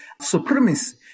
supremacy